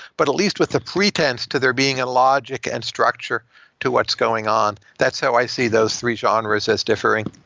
but at least with a pretense to there being a logic and structure to what's going on. that's how i see those three genres as differing.